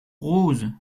rose